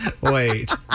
Wait